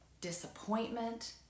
disappointment